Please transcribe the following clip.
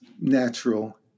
natural